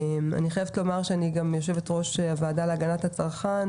אני חייבת לומר שאני גם יו"ר הוועדה להגנת הצרכן,